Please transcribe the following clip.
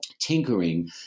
tinkering